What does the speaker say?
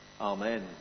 Amen